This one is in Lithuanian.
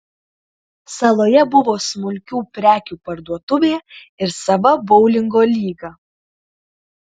saloje buvo smulkių prekių parduotuvė ir sava boulingo lyga